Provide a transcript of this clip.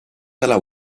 dalla